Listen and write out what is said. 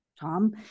Tom